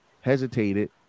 hesitated